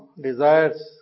desires